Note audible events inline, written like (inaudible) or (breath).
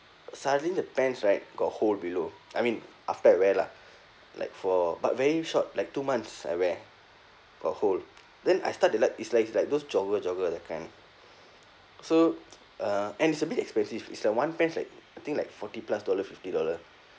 suddenly the pants right got hole below I mean after I wear lah like for but very short like two months I wear got hole then I start to like is like is like those jogger jogger that kind (breath) so (noise) uh and it's a bit expensive is like one pants like I think like forty plus dollar fifty dollar